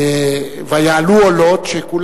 ויעלו עולות, שכל